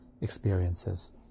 experiences